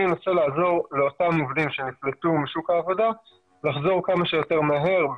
אנסה לעזור לאותם עובדים שנפלטו משוק העבודה לחזור כמה שיותר מהר,